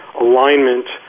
alignment